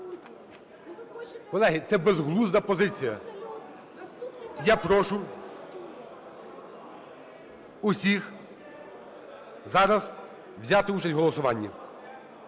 Колеги, це безглузда позиція. Я прошу усіх зараз взяти участь в голосуванні,